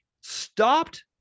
stopped